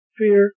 fear